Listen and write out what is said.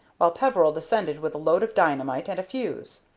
while peveril descended with a load of dynamite and a fuse.